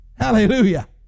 Hallelujah